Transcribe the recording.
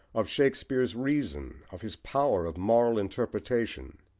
of shakespeare's reason, of his power of moral interpretation.